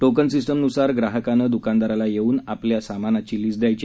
token system नुसार ग्राहकानं दकानदाराला येऊन आपली सामानांची लिस्ट दयायची